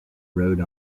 rhode